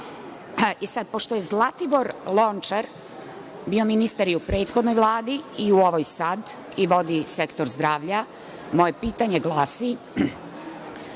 Sada, pošto je Zlatibor Lončar bio ministar i u prethodnoj Vladi i u ovoj sada i vodi sektor zdravlja, moje pitanje glasi